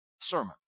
sermon